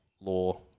law